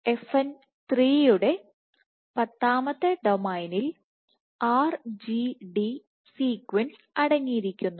F N 3 യുടെ പത്താമത്തെ ഡൊമെയ്നിൽ RGD സീക്വൻസ് അടങ്ങിയിരിക്കുന്നു